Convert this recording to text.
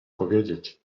powiedzieć